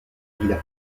villa